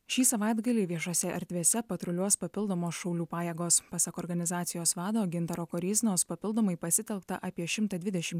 šį savaitgalį viešose erdvėse patruliuos papildomos šaulių pajėgos pasak organizacijos vado gintaro koryznos papildomai pasitelkta apie šimtą dvidešim